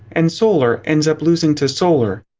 and solar ends up losing to solar.